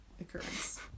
occurrence